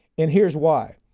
and here's why.